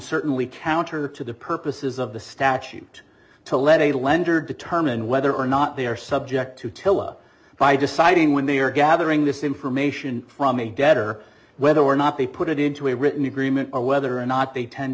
certainly counter to the purposes of the statute to let a lender determine whether or not they are subject to tila by deciding when they are gathering this information from a debtor whether or not they put it into a written agreement or whether or not they tend